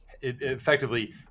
Effectively